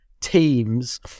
teams